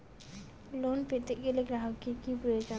Loan পেতে গেলে গ্রাহকের কি প্রয়োজন?